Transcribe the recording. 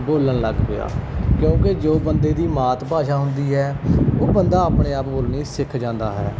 ਬੋਲਣ ਲੱਗ ਪਿਆ ਕਿਉਂਕਿ ਜੋ ਬੰਦੇ ਦੀ ਮਾਤ ਭਾਸ਼ਾ ਹੁੰਦੀ ਹੈ ਉਹ ਬੰਦਾ ਆਪਣੇ ਆਪ ਬੋਲਣੀ ਸਿੱਖ ਜਾਂਦਾ ਹੈ